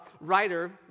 writer